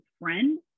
friend